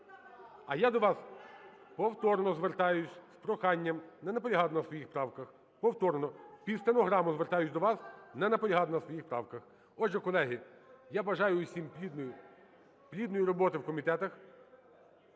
А я до вас повторно звертаюсь з проханням не наполягати на своїх правках, повторно, під стенограму звертаюсь до вас, не наполягати на своїх правках. Отже, колеги, я бажаю усім плідної роботи в комітетах,